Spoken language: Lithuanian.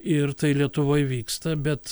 ir tai lietuvoj vyksta bet